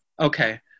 Okay